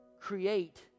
create